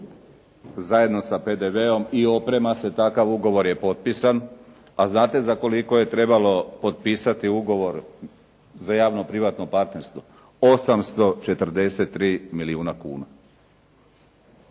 zajedno sa PDV-om i oprema se. Takav ugovor je potpisan, a znate za koliko je trebalo potpisati ugovor za javno privatno partnerstvo, 843 milijuna kuna.